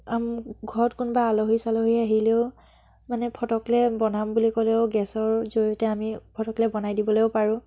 আম ঘৰত কোনোবা আলহী চালহী আহিলেও মানে ফটককৈ বনাম বুলি ক'লেও গেছৰ জৰিয়তে আমি ফটককৈ বনাই দিবলৈও পাৰোঁ